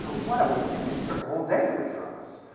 what a waste. he just took a whole day away from us.